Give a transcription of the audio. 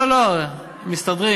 לא, לא, מסתדרים,